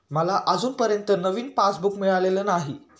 मला अजूनपर्यंत नवीन पासबुक मिळालेलं नाही